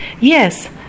yes